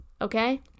okay